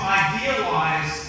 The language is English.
idealize